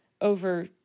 over